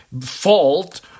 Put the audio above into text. fault